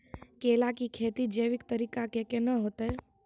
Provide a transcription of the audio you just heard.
केला की खेती जैविक तरीका के ना होते?